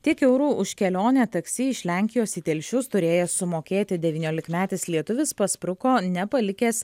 tiek eurų už kelionę taksi iš lenkijos į telšius turėjęs sumokėti devyniolikmetis lietuvis paspruko nepalikęs